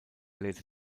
lehrte